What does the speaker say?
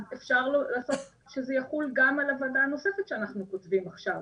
אז אפשר לעשות שזה יחול גם על הוועדה הנוספת שאנחנו כותבים עכשיו,